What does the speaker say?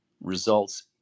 results